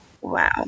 Wow